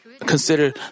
consider